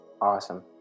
Awesome